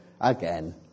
again